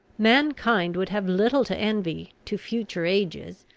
mankind would have little to envy to future ages,